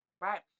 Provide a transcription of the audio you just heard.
right